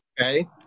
Okay